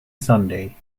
sunday